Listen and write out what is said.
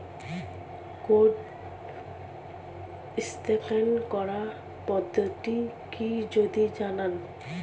Code scan করার পদ্ধতিটি কি যদি জানান?